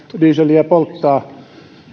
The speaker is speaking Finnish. dieseliä polttaa